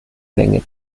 länge